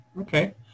Okay